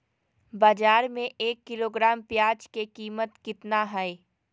बाजार में एक किलोग्राम प्याज के कीमत कितना हाय?